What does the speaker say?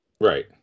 Right